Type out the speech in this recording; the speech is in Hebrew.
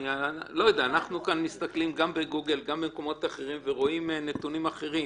אנחנו כאן מסתכלים גם בגוגל וגם במקומות אחרים ורואים נתונים אחרים.